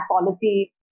policy